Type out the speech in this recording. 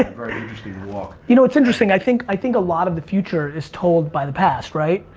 like very interesting walk. you know, it's interesting. i think, i think a lot of the future is told by the past, right?